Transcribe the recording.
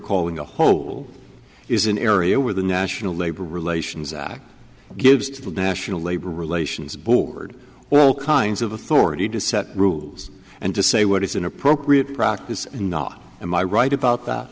calling a hole is an area where the national labor relations act gives to the national labor relations board all kinds of authority to set rules and to say what is an appropriate practice and not am i right about that